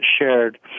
shared